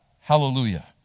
Hallelujah